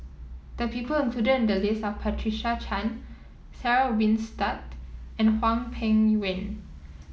the people included in the list are Patricia Chan Sarah Winstedt and Hwang Peng Yuan